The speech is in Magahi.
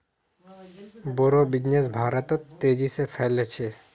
बोड़ो बिजनेस भारतत तेजी से फैल छ